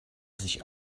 sich